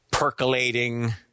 percolating